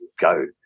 go